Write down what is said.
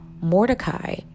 Mordecai